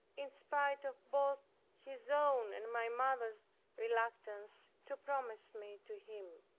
in spite of both his own and my mother's reluctance, to promise me to him.